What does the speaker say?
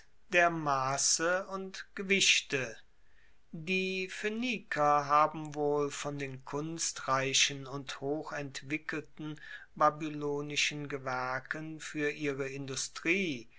der masse und gewichte die phoeniker haben wohl von den kunstreichen und hoch entwickelten babylonischen gewerken fuer ihre industrie